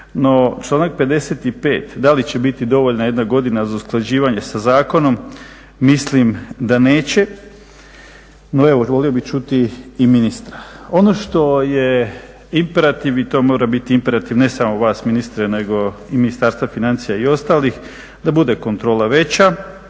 no članak 55. da li će biti dovoljna jedna godina za usklađivanje sa zakonom, mislim da neće. No evo, volio bih čuti i ministra. Ono što je imperativ i to mora biti imperativ, ne samo vas ministre, nego i Ministarstva financija i ostalih, da bude kontrola veća.